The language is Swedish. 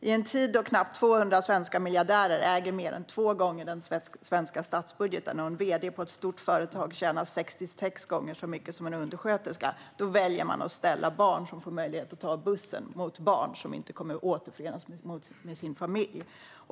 I en tid då knappt 200 svenska miljardärer äger mer än två gånger den svenska statsbudgeten och en vd på ett stort företag tjänar 66 gånger så mycket som en undersköterska väljer man att ställa barn som får möjlighet att ta bussen mot barn som inte kommer att återförenas med sin familj.